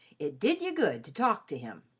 it did you good to talk to him.